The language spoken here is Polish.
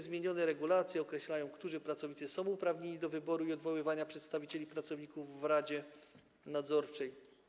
Zmienione regulacje określają, którzy pracownicy są uprawnieni do wyboru i odwoływania przedstawicieli pracowników w radzie nadzorczej.